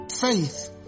Faith